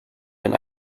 been